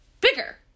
bigger